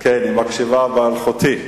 היא מקשיבה באלחוטי.